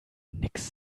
nix